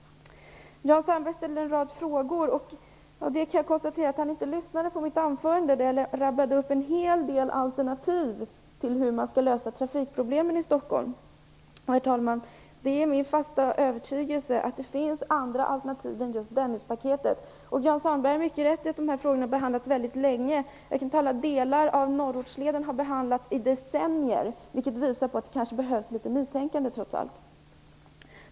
Jan Sandberg ställde en rad frågor, och därav kan jag konstatera att han inte lyssnade på mitt anförande. Där rabblade jag upp en hel del alternativ till lösningar av trafikproblemen i Stockholm. Herr talman! Det är min fasta övertygelse att det finns andra alternativ än just Dennispaketet. Jan Sandberg har rätt i att de här frågorna har behandlats väldigt länge. Delar av Norrortsleden har behandlats i decennier, vilket visar att det kanske behövs litet nytänkande.